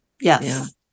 Yes